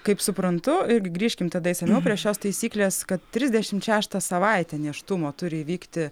kaip suprantu ir grįžkim tada išsamiau prie šios taisyklės kad trisdešimt šeštą savaitę nėštumo turi įvykti